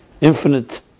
infinite